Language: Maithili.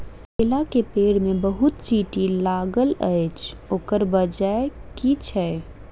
केला केँ पेड़ मे बहुत चींटी लागल अछि, ओकर बजय की छै?